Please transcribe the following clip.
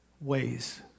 ways